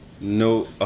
no